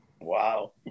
Wow